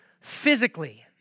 physically